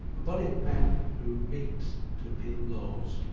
a body of men who meet to repeal laws.